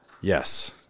Yes